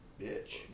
bitch